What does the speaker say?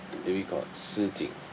maybe called si ting